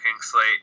slate